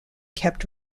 kept